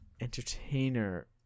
entertainer